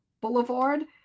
Boulevard